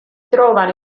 trovano